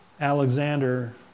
Alexander